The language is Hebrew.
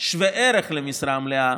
שווה ערך למשרה מלאה,